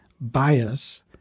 bias